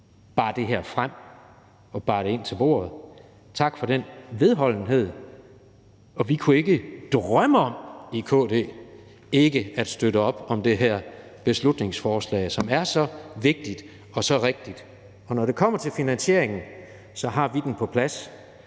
bar det her frem og bar det ind til bordet. Tak for den vedholdenhed, og vi kunne ikke drømme om i KD ikke at støtte op om det her beslutningsforslag, som er så vigtigt og så rigtigt. Og når det kommer til finansieringen, har vi den på plads,